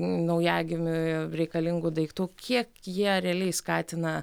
naujagimiui reikalingų daiktų kiek jie realiai skatina